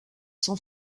san